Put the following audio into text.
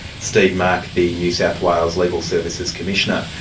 steve mark, the new south wales legal services commissioner.